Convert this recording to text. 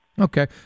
Okay